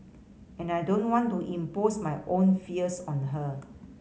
and I don't want to impose my own fears on her